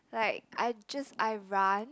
like I just I run